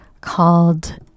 called